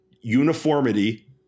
uniformity